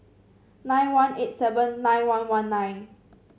nine one eight seven nine one one nine